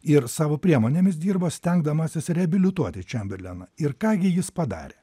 ir savo priemonėmis dirbo stengdamasis reabilituoti čemberleną ir ką gi jis padarė